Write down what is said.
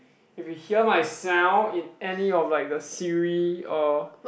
if you hear my sound in any of like the Siri or